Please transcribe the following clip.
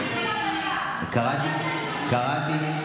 הייתי בהפסקה, קראתי?